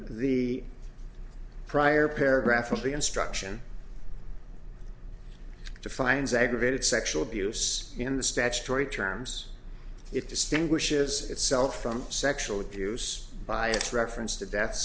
the prior paragraph of the instruction to fines aggravated sexual abuse in the statutory terms it distinguishes itself from sexual abuse by its reference to death